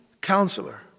Counselor